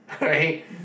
Right